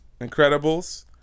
Incredibles